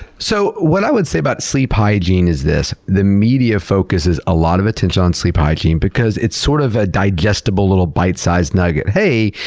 so what i would say about sleep hygiene is this the media focuses a lot of attention on sleep hygiene because it's sort of a digestible little bite-size nugget. hey,